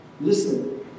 Listen